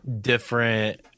different